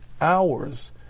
hours